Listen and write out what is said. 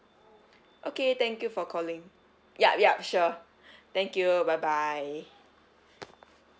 okay thank you for calling yup yup sure thank you bye bye